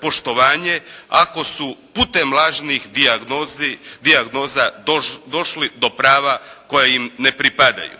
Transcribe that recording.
poštovanje ako su putem lažnih dijagnoza došli do prava koja im ne pripadaju.